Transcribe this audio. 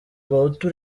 abahutu